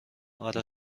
آره